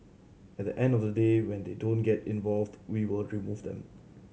at the end of the day when they don't get involved we will remove them